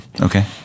Okay